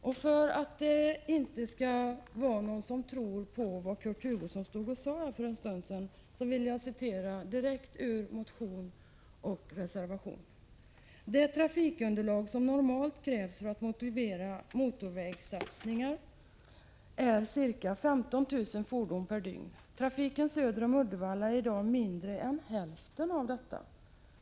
Och för att det inte skall vara någon som tror på vad Kurt Hugosson stod här och sade för en stund sedan vill jag citera direkt vad som står i både motion T260 och reservation 7: ”Det trafikunderlag som normalt krävs för att motivera motorvägssatsningar är ca 15 000 fordon per dygn. Trafiken söder om Uddevalla är i dag mindre än hälfen av detta.